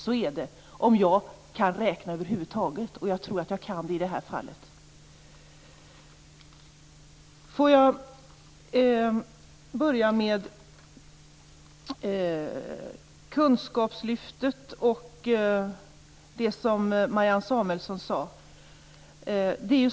Så är det om jag över huvud taget kan räkna, och jag tror att jag kan det i det här fallet.